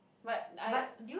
but I